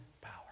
power